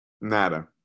Nada